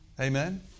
Amen